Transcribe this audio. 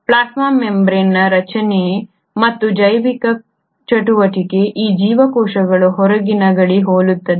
plasma ಮೆಂಬರೇನ್ದ ರಚನೆ ಮತ್ತು ಜೈವಿಕ ಚಟುವಟಿಕೆ ಈ ಜೀವಕೋಶಗಳ ಹೊರಗಿನ ಗಡಿ ಹೋಲುತ್ತದೆ